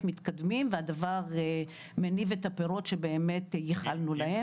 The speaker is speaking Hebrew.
מתקדמים והדבר מניב את הפירות שבאמת ייחלנו להם.